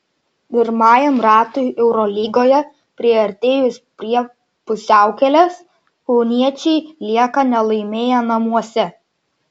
pirmajam ratui eurolygoje priartėjus prie pusiaukelės kauniečiai lieka nelaimėję namuose